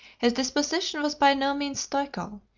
his disposition was by no means stoical,